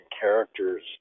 characters